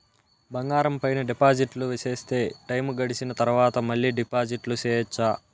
బంగారం పైన డిపాజిట్లు సేస్తే, టైము గడిసిన తరవాత, మళ్ళీ డిపాజిట్లు సెయొచ్చా?